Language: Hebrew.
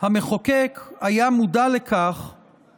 היה מודע לכך